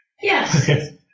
Yes